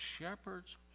shepherd's